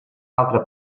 altre